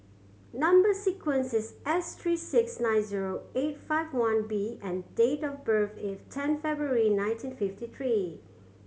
number sequence is S three six nine zero eight five one B and date of birth is ten February nineteen fifty three